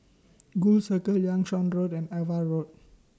Gul Circle Liang Seah Road and AVA Road